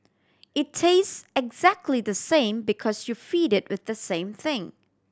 it tastes exactly the same because you feed it with the same thing